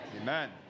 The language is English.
Amen